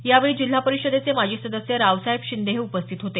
यावेळी जिल्हा परिषदेचे माजी सदस्य रावसाहेब शिंदे हे उपस्थित होते